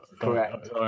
Correct